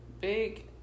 Big